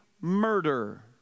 murder